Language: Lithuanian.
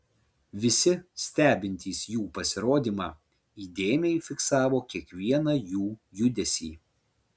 visi stebintys jų pasirodymą įdėmiai fiksavo kiekvieną jų judesį